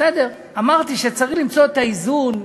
בסדר, אמרתי שצריך למצוא את האיזון.